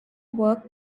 work